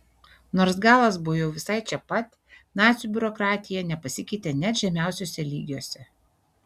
nors galas buvo jau visai čia pat nacių biurokratija nepasikeitė net žemiausiuose lygiuose